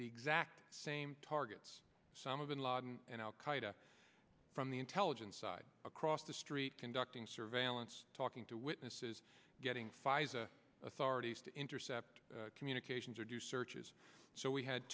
the exact same targets some of bin laden and al qaida from the intelligence side across the street conducting surveillance talking to witnesses getting five authorities to intercept communications or do searches so we had